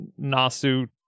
nasu